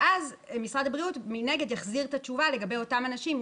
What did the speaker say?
ואז משרד הבריאות מנגד יחזיר את התשובה לגבי אותם אנשים,